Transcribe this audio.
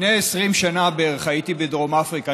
לפני 20 שנה בערך הייתי בדרום אפריקה,